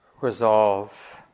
resolve